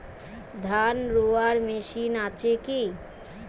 ধান রোয়ার মেশিন আছে কি?